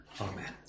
amen